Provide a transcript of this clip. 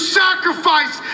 sacrifice